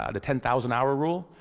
ah the ten thousand hour rule?